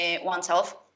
oneself